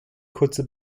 kurze